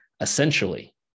essentially